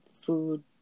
food